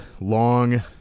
long